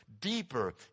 deeper